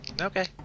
Okay